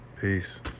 Peace